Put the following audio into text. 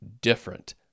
different